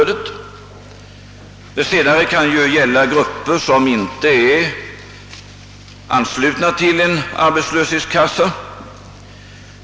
Det senare kan utgå till grupper som inte är anslutna till en arbetslöshetskassa.